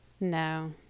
No